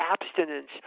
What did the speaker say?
abstinence